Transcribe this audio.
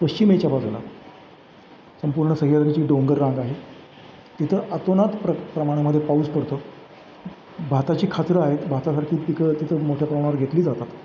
पश्चिमेच्या बाजूला संपूर्ण सह्याद्रीची डोंगररांग आहे तिथं अतोनात प्र प्रमाणामध्ये पाऊस पडतो भाताची खाचरं आहेत भातासारखी पिकं तिथं मोठ्या प्रमाणावर घेतली जातात